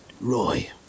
Roy